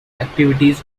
activities